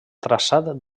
traçat